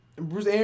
Bruce